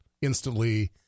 instantly